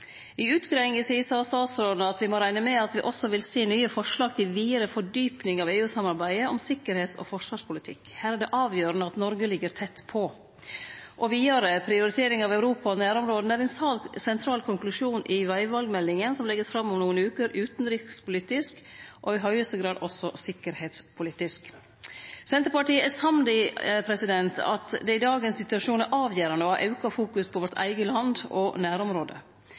I utgreiinga si sa statsråden: «Vi må regne med at vi også vil se nye forslag til videre fordypning av EU-samarbeidet om sikkerhets- og forsvarspolitikk. Her er det avgjørende at Norge ligger tett på.» Og vidare: «Prioritering av Europa og nærområdene er en sentral konklusjon i Veivalg-meldingen som legges frem om noen uker – utenrikspolitisk og i høyeste grad også sikkerhetspolitisk.» Senterpartiet er samd i at det i dagens situasjon er avgjerande å ha auka fokus på vårt eige land og nærområde.